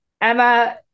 Emma